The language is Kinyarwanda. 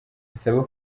asaba